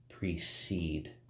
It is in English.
precede